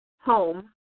home